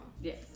Yes